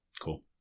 Cool